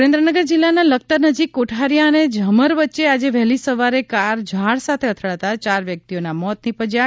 સુરેન્દ્રનગર જીલ્લાના લખતર નજીક કોઠારીયા અને ઝમર વચ્ચે આજે વહેલી સવારે કાર ઝાડ સાથે અથડાતા ચાર વ્યકતિઓના મોત નિપજયા છે